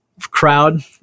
crowd